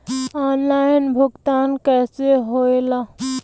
Online भुगतान कैसे होए ला?